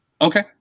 Okay